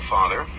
Father